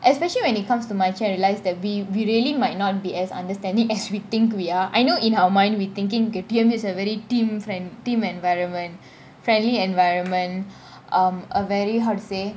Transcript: especially when it comes to marichin I realised that we we really might not be as understanding as we think we are I know in our mind we are thinking T_M_U is a very team frien~ team environment friendly environment um a very how to say